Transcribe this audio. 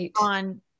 on